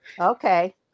Okay